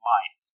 Mind